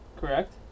Correct